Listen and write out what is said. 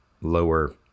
lower